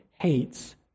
hates